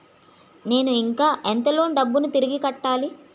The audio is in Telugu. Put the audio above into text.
నేను ఇంకా ఎంత లోన్ డబ్బును తిరిగి కట్టాలి?